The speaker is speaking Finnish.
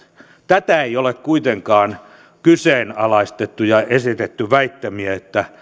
tätä ei ole kuitenkaan kyseenalaistettu ja esitetty väittämiä että poliitikot